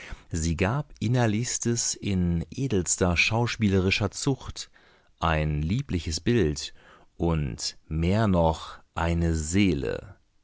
sie gab innerlichstes in edelster schauspielerischer zucht ein liebliches bild und mehr noch eine seele